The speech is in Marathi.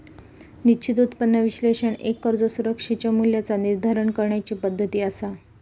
निश्चित उत्पन्न विश्लेषण एक कर्ज सुरक्षेच्या मूल्याचा निर्धारण करण्याची पद्धती असा